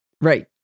right